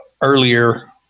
earlier